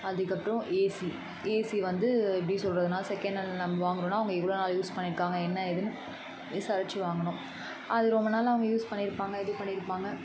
அதுக்கப்புறம் AC AC வந்து எப்படி சொல்கிறதுன்னா செகண்ட் ஹேண்ட்ல நம்ம வாங்குகிறோன்னா அவங்க எவ்வளோ நாள் யூஸ் பண்ணியிருக்காங்க என்ன ஏதுன்னு விசாரித்து வாங்கணும் அது ரொம்ப நாள் அவங்க யூஸ் பண்ணியிருப்பாங்க இது பண்ணியிருப்பாங்க